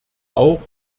auch